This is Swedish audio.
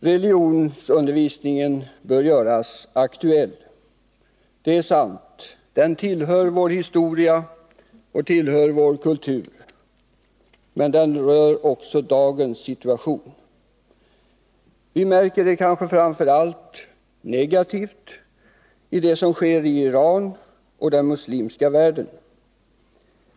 Religionsundervisningen bör göras aktuell. Det är sant att den tillhör vår historia och vår kultur, men den rör också dagens situation. Vi märker det kanske framför allt negativt i det som sker i Iran och den muslimska världen.